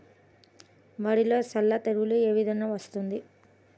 వరిలో సల్ల తెగులు ఏ విధంగా వస్తుంది?